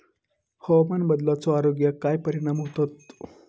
हवामान बदलाचो आरोग्याक काय परिणाम होतत?